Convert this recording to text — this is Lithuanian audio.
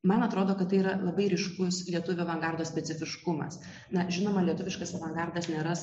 man atrodo kad tai yra labai ryškus lietuvių avangardo specifiškumas na žinoma lietuviškas avangardas nėra